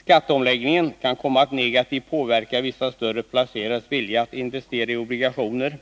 Skatteomläggningen kan komma att negativt påverka vissa större place 10 december 1981 rares vilja att investera i obligationer.